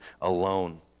alone